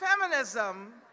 feminism